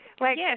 Yes